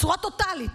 בצורה טוטלית.